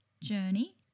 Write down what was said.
journey